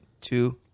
two